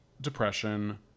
Depression